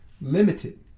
limited